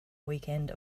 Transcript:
weekend